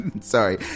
sorry